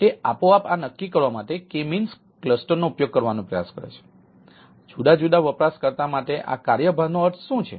તેથી તે આપોઆપ આ નક્કી કરવા માટે k મીન્સ ક્લસ્ટરનો ઉપયોગ કરવાનો પ્રયાસ કરે છે જુદા જુદા વપરાશકર્તા માટે આ કાર્યભારનો અર્થ શું છે